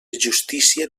justícia